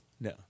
No